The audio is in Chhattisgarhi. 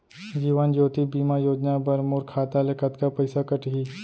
जीवन ज्योति बीमा योजना बर मोर खाता ले कतका पइसा कटही?